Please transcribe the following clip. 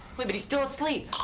wait, but he's still asleep!